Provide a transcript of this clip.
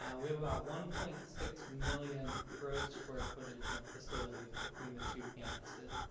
we have about one point six million gross square footage of facilities between the two campuses.